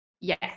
yes